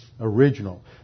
original